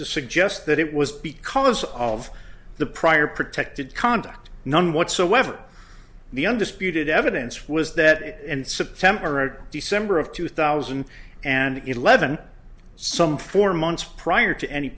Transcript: to suggest that it was because of the prior protected conduct none whatsoever the undisputed evidence was that and september of december of two thousand and eleven some four months prior to any